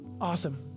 Awesome